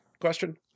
question